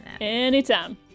Anytime